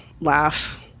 laugh